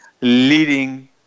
leading